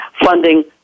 funding